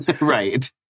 right